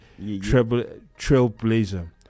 trailblazer